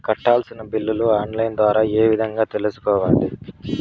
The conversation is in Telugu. కట్టాల్సిన బిల్లులు ఆన్ లైను ద్వారా ఏ విధంగా తెలుసుకోవాలి?